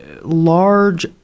large